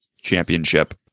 Championship